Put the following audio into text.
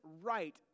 right